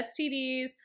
STDs